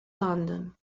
london